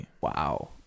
Wow